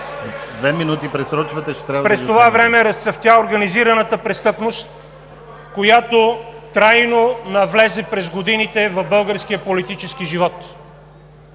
Две минути пресрочвате, ще трябва да… ВАЛЕРИ ЖАБЛЯНОВ: През това време разцъфтя организираната престъпност, която трайно навлезе през годините в българския политически живот.